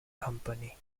company